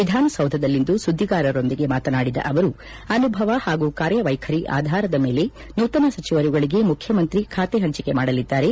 ವಿಧಾನಸೌಧದಲ್ಲಿಂದು ಸುಧಿಗಾರರೊಂದಿಗೆ ಮಾತನಾಡಿದ ಅವರು ಅನುಭವ ಹಾಗೂ ಕಾರ್ಯವೈಖರಿ ಆಧಾರದ ಮೇಲೆ ನೂತನ ಸಚಿವರುಗಳಿಗೆ ಮುಖ್ಯಮಂತ್ರಿ ಖಾತೆ ಪಂಚಿಕೆ ಮಾಡಲಿದ್ದಾರೆ